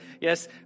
Yes